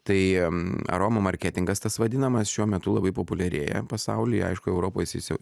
tai aromų marketingas tas vadinamas šiuo metu labai populiarėja pasaulyje aišku europoj jis jau